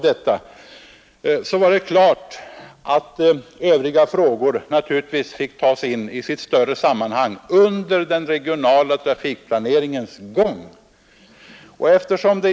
Det betyder självklart att övriga frågor får tas in i ett större sammanhang under den regionala trafikplaneringens gång.